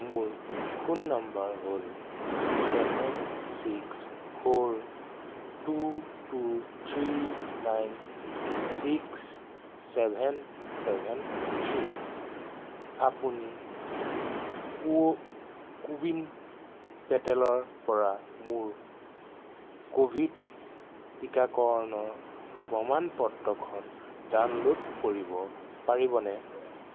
মোৰ phone number হ'ল seven six four two two three nine six seven seven three আপুনি CoWIN প'ৰ্টেলৰপৰা মোৰ ক'ভিড টিকাকৰণৰ প্ৰমাণ পত্ৰখন ডাউনল'ড কৰিব পাৰিবনে